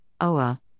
OA